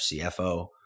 CFO